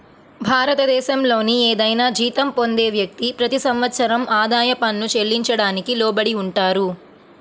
భారతదేశంలోని ఏదైనా జీతం పొందే వ్యక్తి, ప్రతి సంవత్సరం ఆదాయ పన్ను చెల్లించడానికి లోబడి ఉంటారు